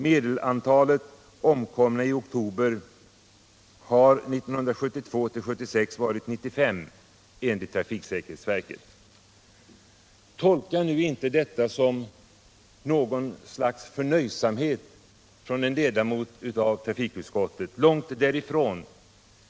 Medelantalet omkomna i oktober 1972-1976 var 95 enligt trafiksäkerhetsverket. Tolka nu inte detta som något slags förnöjsamhet från en ledamot av trafikutskottet — långt därifrån.